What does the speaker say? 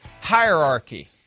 hierarchy